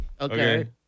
Okay